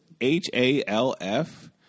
H-A-L-F